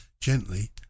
gently